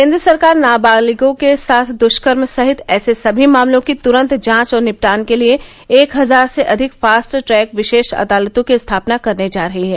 केन्द्र सरकार नाबालिगों के साथ दुष्कर्म सहित ऐसे सभी मामलों की तुरन्त जांच और निपटान के लिए एक हजार से अधिक फास्ट ट्रैक विशेष अदालतों की स्थापना करने जा रही है